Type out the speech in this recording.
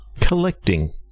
collecting